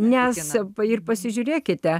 nesą ir pasižiūrėkite